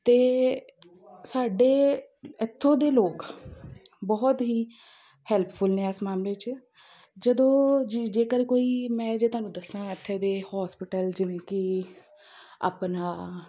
ਅਤੇ ਸਾਡੇ ਇੱਥੋਂ ਦੇ ਲੋਕ ਬਹੁਤ ਹੀ ਹੈਲਪਫੁੱਲ ਨੇ ਇਸ ਮਾਮਲੇ 'ਚ ਜਦੋਂ ਜੇ ਜੇਕਰ ਕੋਈ ਮੈਂ ਜੇ ਤੁਹਾਨੂੰ ਦੱਸਾਂ ਇੱਥੋਂ ਦੇ ਹੋਸਪੀਟਲ ਜਿਵੇਂ ਕਿ ਆਪਣਾ